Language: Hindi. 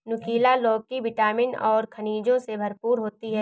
नुकीला लौकी विटामिन और खनिजों से भरपूर होती है